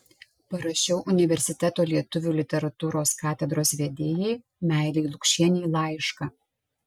parašiau universiteto lietuvių literatūros katedros vedėjai meilei lukšienei laišką